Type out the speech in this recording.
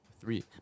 Three